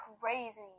crazy